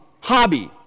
hobby